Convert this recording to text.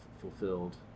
fulfilled